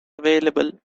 available